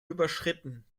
überschritten